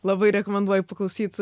labai rekomenduoju paklausyt